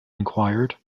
inquired